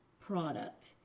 product